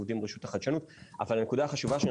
גם בארץ אנחנו עובדים עם רשות החדשנות אבל הנקודה החשובה שאני